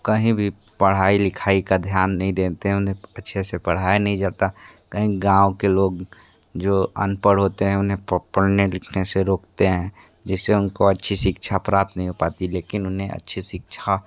कही भी पढ़ाई लिखाई का ध्यान नहीं देते उन्हें अच्छे से पढ़ाई नहीं करता कई गांव के लोग जो अनपढ़ होते हैं उन्हें पढ़ने लिखने से रोकते हैं जिसे हमको अच्छी शिक्षा प्राप्त नहीं हो पाती लेकिन उन्हें अच्छी शिक्षा